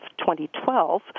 2012